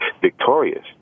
victorious